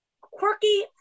quirky